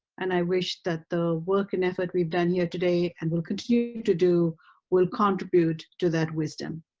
and i wish that the work and effort we've done here today and will continue to do will contribute to that wisdom.